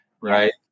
right